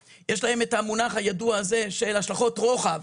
- המונח הידוע הזה של השלכות רוחב,